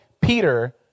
Peter